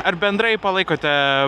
ar bendrai palaikote